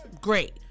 Great